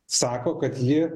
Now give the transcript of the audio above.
sako kad ji